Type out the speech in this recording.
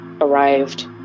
arrived